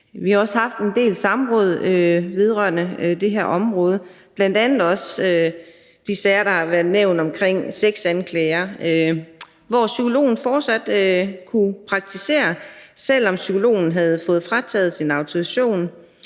Vi har også haft en del samråd vedrørende det her område, bl.a. har der været nævnt sager om sexanklager, herunder en, hvor psykologen fortsat kunne praktisere, selv om psykologen havde fået frataget sin autorisation